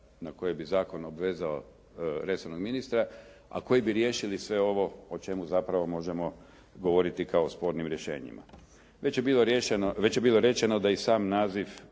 na koje bi zakon obvezao resornog ministra, a koji bi riješili sve ovo o čemu zapravo možemo govoriti kao spornim rješenjima. Već je bilo rečeno da i sam naziv